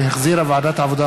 שהחזירה ועדת העבודה,